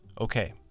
Okay